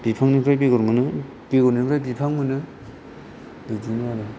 बिफांनिफ्राय बेगर मोनो बेगरनिफ्राय बिफां मोनो बिदिनो आरो